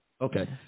okay